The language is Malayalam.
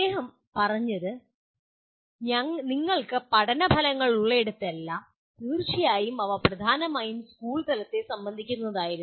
അദ്ദേഹം പറഞ്ഞത് നിങ്ങൾക്ക് പഠന ഫലങ്ങൾ ഉള്ളിടത്തെല്ലാം തീർച്ചയായും അവ പ്രധാനമായും സ്കൂൾ തലത്തെ സംബന്ധിക്കുന്നതായിരുന്നു